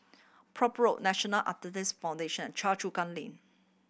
Prome Road National Arthritis Foundation Choa Chu Kang Link